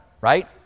right